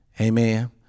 amen